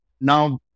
Now